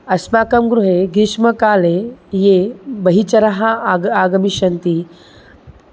अस्माकं गृहे ग्रीष्मकाले ये बहिश्चराः आग आगमिष्यन्ति